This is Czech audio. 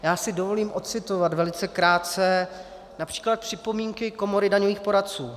Já si dovolím ocitovat velice krátce například připomínky Komory daňových poradců.